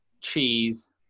cheese